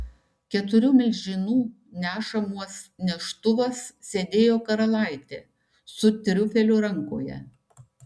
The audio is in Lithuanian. keturių milžinų nešamuos neštuvuos sėdėjo karalaitė su triufeliu rankoje